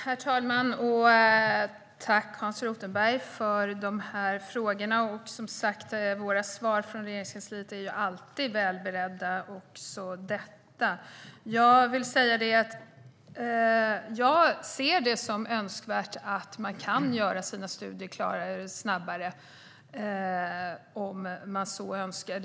Herr talman! Jag tackar Hans Rothenberg för frågorna. Våra svar från Regeringskansliet är alltid välberedda, också detta. Jag ser det som önskvärt att man kan klara av sina studier snabbare om man så önskar.